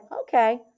okay